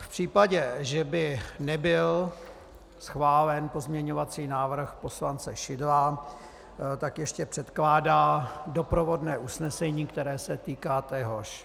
V případě, že by nebyl schválen pozměňovací návrh poslance Šidla, ještě předkládá doprovodné usnesení, které se týká téhož.